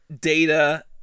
data